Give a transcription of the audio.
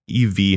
EV